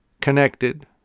Connected